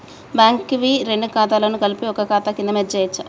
Bank వి రెండు ఖాతాలను కలిపి ఒక ఖాతా కింద మెర్జ్ చేయచ్చా?